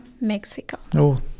Mexico